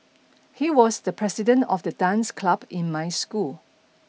he was the president of the dance club in my school